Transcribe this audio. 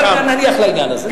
אבל נניח לעניין הזה.